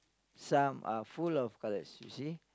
some are full of colours you see